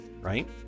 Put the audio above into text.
right